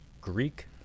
Greek